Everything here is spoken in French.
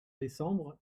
décembre